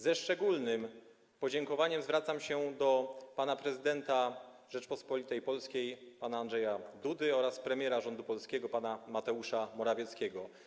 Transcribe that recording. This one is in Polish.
Ze szczególnym podziękowaniem zwracam się do prezydenta Rzeczypospolitej Polskiej pana Andrzeja Dudy oraz premiera polskiego rządu pana Mateusza Morawieckiego.